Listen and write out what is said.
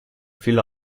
viele